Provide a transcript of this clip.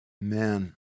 man